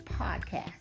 podcast